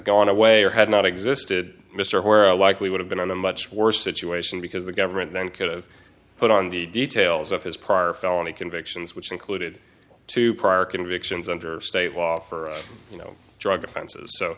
gone away or had not existed mr where i likely would have been on a much worse situation because the government then could have put on the details of his prior felony convictions which included two prior convictions under state law for you know drug offenses so